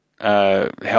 help